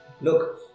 Look